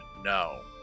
No